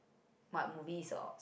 what movies or